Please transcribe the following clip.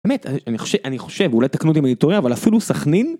אני חושב אני חושב אולי תקנו אותי אם אני טועה אבל אפילו סכנין.